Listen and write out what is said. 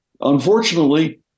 unfortunately